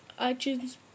iTunes